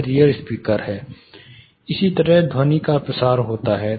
यह rear speaker है इस तरह से ध्वनि का प्रसार होता है